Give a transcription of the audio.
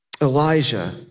Elijah